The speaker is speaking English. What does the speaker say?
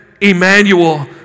Emmanuel